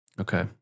Okay